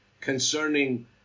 concerning